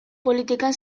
politikan